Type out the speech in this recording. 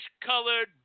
colored